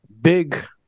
Big